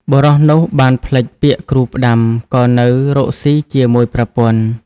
បុរសនោះបានភ្លេចពាក្យគ្រូផ្ដាំ ក៏នៅរកស៊ីជាមួយប្រពន្ធ។